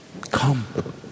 Come